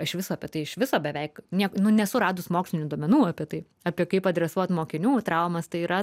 iš viso apie tai iš viso beveik nieko nesu radus mokslinių duomenų apie tai apie kaip adresuot mokinių traumas tai yra